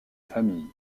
famille